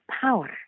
power